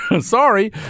sorry